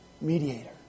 mediator